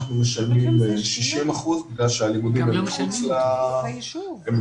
אנחנו משלמים 60% בגלל שהלימודים הם מחוץ ליישוב.